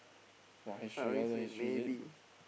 !wah! history you want learn History is it